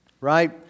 right